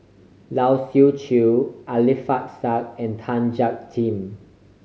Lai Siu Chiu Alfian Sa'at and Tan Jiak Kim